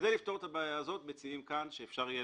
כדי לפתור את הבעיה הזאת מציעים כאן שאפשר יהיה